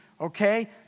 Okay